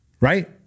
right